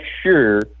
sure